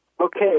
Okay